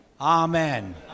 Amen